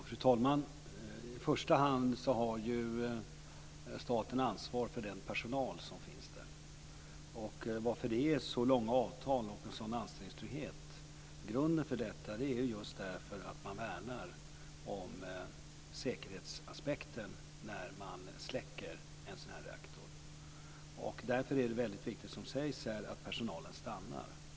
Fru talman! I första hand har ju staten ansvar för den personal som finns. Grunden till att det är så långa avtal och en sådan anställningstrygghet är att man värnar om säkerhetsaspekten när man släcker en reaktor. Därför är det väldigt viktigt, som sägs här, att personalen stannar.